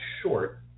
short